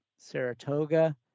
saratoga